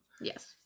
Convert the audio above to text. Yes